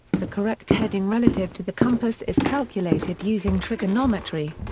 the correct heading relative to the compass is calculated using trigonometry.